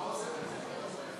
טוב, הוא לא מגיע.